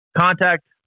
Contact